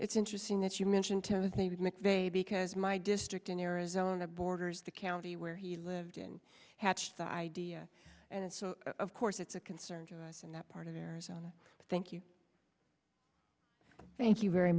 it's interesting that you mention can i say that mcveigh because my district in arizona borders the county where he lived in hatched the idea and so of course it's a concern to us and that part of arizona thank you thank you very